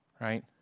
right